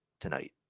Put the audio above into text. tonight